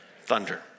thunder